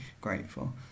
grateful